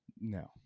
No